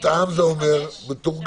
מותאם זה אומר מתורגם.